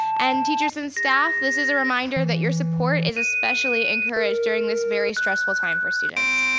and teachers and staff, this is a reminder that your support is especially encouraged during this very stressful time for students.